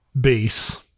base